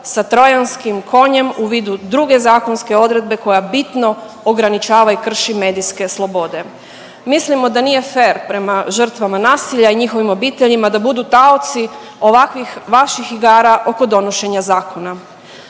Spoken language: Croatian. sa Trojanskim konjem u vidu druge zakonske odredbe koja bitno ograničava i krši medijske slobode. Mislimo da nije fer prema žrtvama nasilja i njihovim obiteljima da budu taoci ovakvih vaših igara oko donošenja zakona.